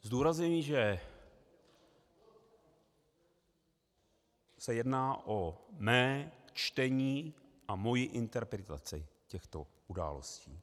Zdůrazňuji, že se jedná o mé čtení a moji interpretaci těchto událostí.